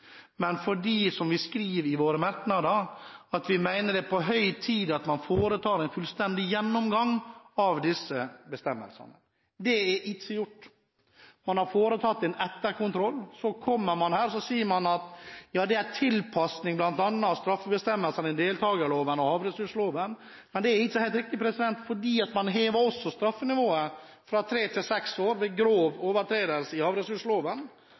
på høy tid at man foretar en fullstendig gjennomgang av disse bestemmelsene. Det er ikke gjort. Man har foretatt en etterkontroll, og så kommer man her og sier at dette bl.a. er en tilpasning av straffebestemmelsene i deltakerloven og havressursloven. Det er ikke helt riktig, for i denne saken hever man også straffenivået fra tre til seks år ved grov overtredelse av havressursloven.